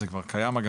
זה כבר קיים, אגב.